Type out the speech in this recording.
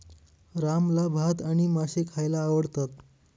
रामला भात आणि मासे खायला आवडतात